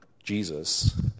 Jesus